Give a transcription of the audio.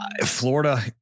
Florida